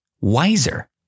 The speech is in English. wiser